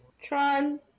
Tron